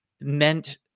meant